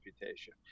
reputation